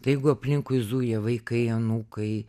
tai jeigu aplinkui zuja vaikai anūkai